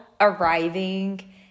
arriving